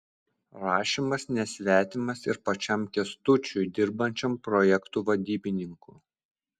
rašymas nesvetimas ir pačiam kęstučiui dirbančiam projektų vadybininku